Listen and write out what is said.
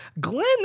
Glenn